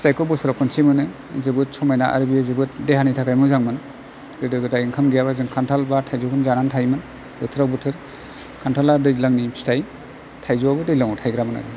फिथाइखौ बोसोराव खनसे मोनो जोबोद समाइना आरो बियो जोबोद देहानि थाखाइ मोजांमोन गोदो गोदाय ओंखाम गैयाबा जों खानथाल बा थाइजौखौनो जानानै थायोमोन बोथोराव बोथोर खान्थाला दैज्लांनि फिथाइ थाइजौआबो दैज्लाङाव थायग्रामोन आरो